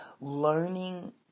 learning